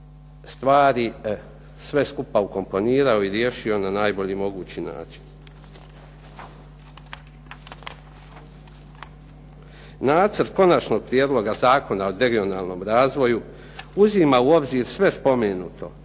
stvari sve skupa ukomponirao i riješio na najbolji mogući način. Nacrt Konačnog prijedloga zakona o regionalnom razvoju uzima u obzir sve spomenuto,